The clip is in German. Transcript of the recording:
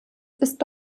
ist